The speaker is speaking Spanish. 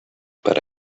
para